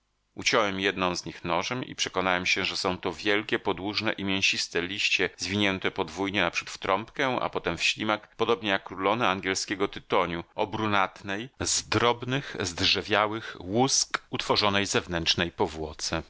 uciąłem jednę z nich nożem i przekonałem się że są to wielkie podłużne i mięsiste liście zwinięte podwójnie naprzód w trąbkę a potem w ślimak podobnie jak rulony angielskiego tytoniu o brunatnej z drobnych zdrzewiałych łusk utworzonej zewnętrznej powłoce